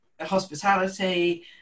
hospitality